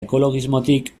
ekologismotik